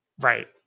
Right